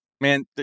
man